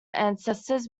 ancestors